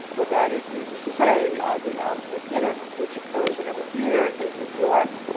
but that is needless to say the al smith dinner which occurs every year in new york.